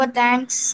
thanks